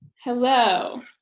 Hello